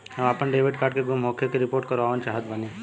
हम आपन debit card के गुम होखे के रिपोर्ट करवाना चाहत बानी